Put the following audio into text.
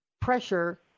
pressure